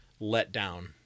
letdown